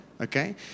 Okay